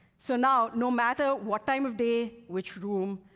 so now, no matter what time of day, which room,